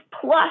plus